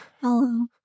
Hello